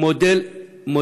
שולחן עגול, גם משרד הרווחה.